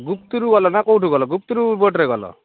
ଗୁପ୍ତିରୁ ଗଲ ନା କେଉଁଠାରୁ ଗଲ ଗୁପ୍ତିରୁ ବୋଟ୍ରେ ଗଲ